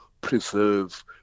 preserve